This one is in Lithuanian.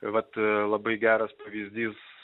vat labai geras pavyzdys